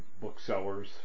booksellers